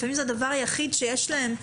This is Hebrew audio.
לפעמים זה הדבר היחיד שיש להם,